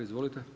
Izvolite.